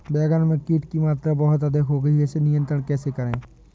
बैगन में कीट की मात्रा बहुत अधिक हो गई है इसे नियंत्रण कैसे करें?